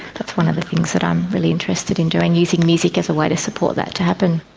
that's one of the things that i'm really interested in doing, using music as a way to support that to happen.